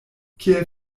kiel